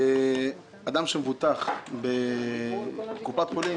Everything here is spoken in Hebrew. אדם שמבוטח בקופת חולים,